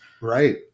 Right